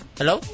Hello